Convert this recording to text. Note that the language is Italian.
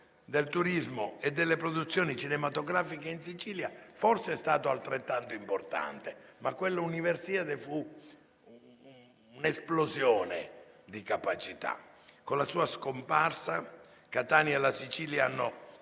del turismo e delle produzioni cinematografiche in Sicilia forse è stato altrettanto importante, ma quella Universiade fu un'esplosione di capacità. Con la sua scomparsa Catania e la Sicilia hanno